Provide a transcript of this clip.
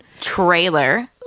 trailer